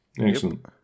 Excellent